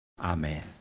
Amen